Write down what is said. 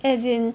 as in